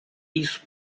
isso